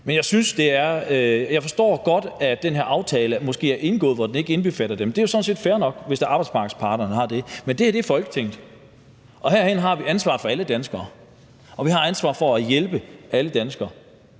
Jeg forstår måske godt, at den her aftale er indgået, og at den ikke indbefatter dem. Det er sådan set fair nok, hvis arbejdsmarkedets parter mener det. Men det her er Folketinget, og herinde har vi ansvaret for alle danskere, og vi har ansvaret for at hjælpe alle danskere,